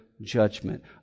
judgment